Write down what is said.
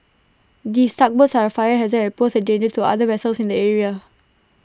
these tugboats are A fire hazard and pose A danger to other vessels in the area